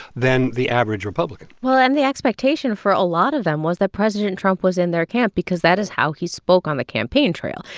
than the average republican well, and the expectation for a lot of them was that president trump was in their camp because that is how he spoke on the campaign trail.